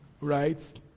right